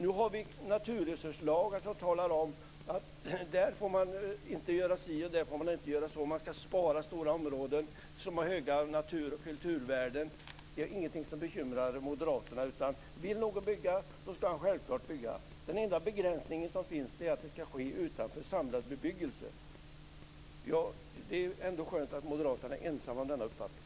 Nu har vi naturresurslagen som talar om var man inte får göra si och var man inte får göra så. Att man skall spara stora områden som har stora naturoch kulturvärden är ingenting som bekymrar moderaterna, utan vill någon bygga så skall han självfallet bygga. Den enda begränsningen som finns är att det skall ske utanför samlad bebyggelse. Det är ändå skönt att moderaterna är ensamma om denna uppfattning.